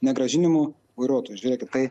negrąžinimo vairuotojai žiūrėkit tai